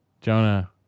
Jonah